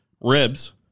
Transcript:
ribs